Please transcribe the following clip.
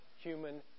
human